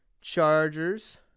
Chargers